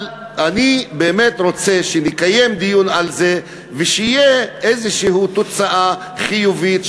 אבל אני באמת רוצה שנקיים דיון על זה ושתהיה תוצאה חיובית,